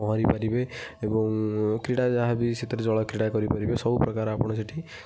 ପହଁରି ପାରିବେ ଏବଂ କ୍ରୀଡ଼ା ଯାହାବି ସେଥିରେ ଜଳକ୍ରୀଡ଼ା କରିପାରିବେ ସବୁ ପ୍ରକାର ଆପଣ ସେଠି